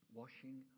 washing